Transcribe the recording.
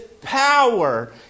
power